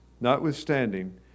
Notwithstanding